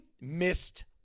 missed